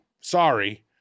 sorry